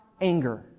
anger